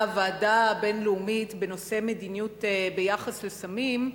ועדה בין-לאומית בנושא המדיניות ביחס לסמים,